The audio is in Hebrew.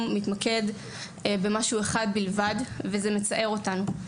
מתמקד במשהו אחד בלבד וזה מצער אותנו.